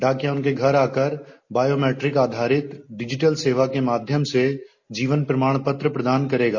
डाकिया उनके घर आकर बायोमैट्रिक आधारित डिजिटल सेवा के माध्यम से जीवन प्रमाण पत्र प्रदान करेगा